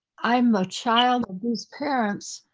i'm a child whose parents,